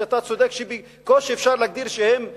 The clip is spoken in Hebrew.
אתה צודק שבקושי שאפשר להגדיר שהם בתים.